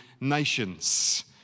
nations